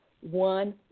one